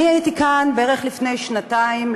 אני הייתי כאן בערך לפני שנתיים,